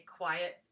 quiet